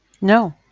No